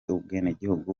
ubwenegihugu